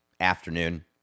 afternoon